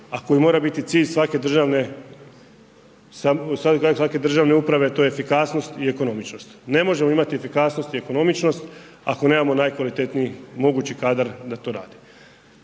koji mora biti cilj svake državne uprave a to je efikasnost i ekonomičnost. Ne možemo imati efikasnost i ekonomičnost ako nemamo najkvalitetniji mogući kadar da to rade.